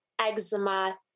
eczema